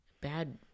bad